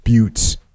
Buttes